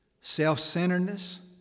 self-centeredness